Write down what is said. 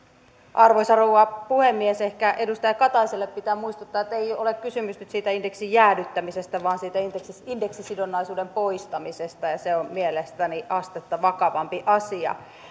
arvoisa rouva puhemies ehkä edustaja kataiselle pitää muistuttaa että ei ole kysymys nyt siitä indeksin jäädyttämisestä vaan siitä indeksisidonnaisuuden poistamisesta ja se on mielestäni astetta vakavampi asia